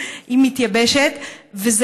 וזה